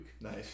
Nice